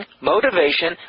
motivation